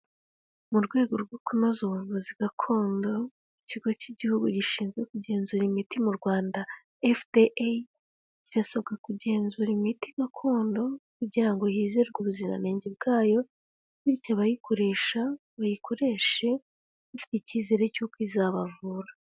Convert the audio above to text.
Mu rwego rwo kunoza ubuvuzi gakondo ikigo k'igihugu gishinzwe kugenzura imiti mu Rwanda FDA, kirasabwa kugenzura imiti gakondo kugira ngo hizerwe ubuziranenge bwayo bityo abayikoresha bayikoreshe bafite icyizere cy'uko izabavura.